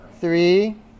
Three